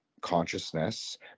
consciousness